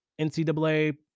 NCAA